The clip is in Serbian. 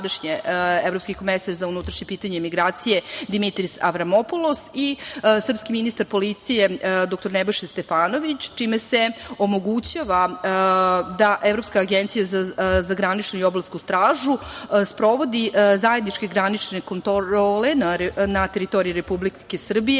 evropski komesar za unutrašnja pitanja i migracije, Dimitris Avramopulus, i srpski ministar policije, dr Nebojša Stefanović, čime se omogućava da Evropska agencija za graničnu i obalsku stražu sprovodi zajedničke granične kontrole na teritoriji Republike Srbije,